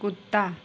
कुत्ता